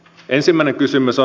ensimmäinen kysymys on